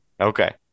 Okay